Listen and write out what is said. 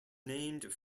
named